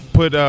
put